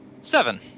seven